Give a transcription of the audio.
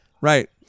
right